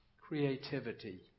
Creativity